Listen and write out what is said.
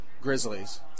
Grizzlies